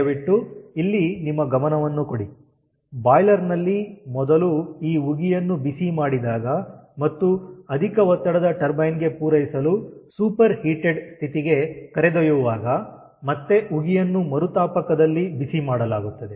ದಯವಿಟ್ಟು ಇಲ್ಲಿ ನಿಮ್ಮ ಗಮನವನ್ನು ಕೊಡಿ ಬಾಯ್ಲರ್ ನಲ್ಲಿ ಮೊದಲು ಈ ಉಗಿಯನ್ನು ಬಿಸಿಮಾಡಿದಾಗ ಮತ್ತು ಅಧಿಕ ಒತ್ತಡದ ಟರ್ಬೈನ್ ಗೆ ಪೂರೈಸಲು ಸೂಪರ್ ಹೀಟೆಡ್ ಸ್ಥಿತಿಗೆ ಕರೆದೊಯ್ಯುವಾಗ ಮತ್ತೆ ಉಗಿಯನ್ನು ಮರುತಾಪಕದಲ್ಲಿ ಬಿಸಿಮಾಡಲಾಗುತ್ತದೆ